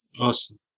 Awesome